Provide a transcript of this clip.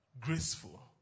Graceful